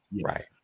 Right